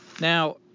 Now